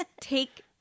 take